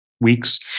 weeks